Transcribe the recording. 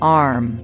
arm